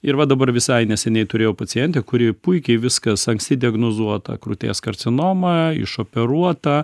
ir va dabar visai neseniai turėjau pacientę kuri puikiai viskas anksti diagnozuota krūties karcinoma išoperuota